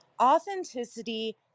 Authenticity